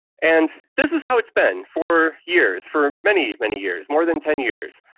and this is how it's been for years, for many, many years, more than ten years,